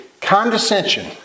Condescension